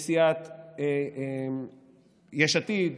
מסיעת יש עתיד,